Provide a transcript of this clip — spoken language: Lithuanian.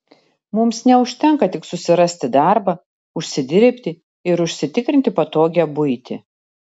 mums neužtenka tik susirasti darbą užsidirbti ir užsitikrinti patogią buitį